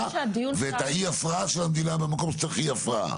ואת האי הפרעה של המדינה במקומות שצריך אי הפרעה.